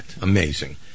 amazing